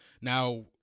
Now